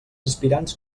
aspirants